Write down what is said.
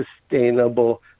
sustainable